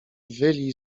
wyli